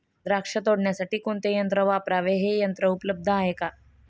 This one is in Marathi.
द्राक्ष तोडण्यासाठी कोणते यंत्र वापरावे? हे यंत्र उपलब्ध आहे का?